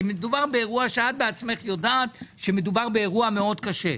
מדובר באירוע שאת בעצמך יודעת שהוא מאוד קשה.